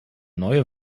neue